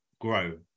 grow